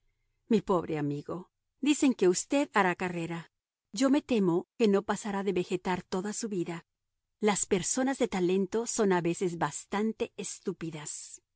mi pobre amigo dicen que usted hará carrera yo me temo que no pasará de vegetar toda su vida las personas de talento son a veces bastante estúpidas